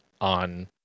on